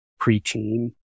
preteen